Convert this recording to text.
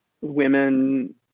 women